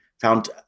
found